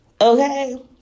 okay